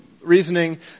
reasoning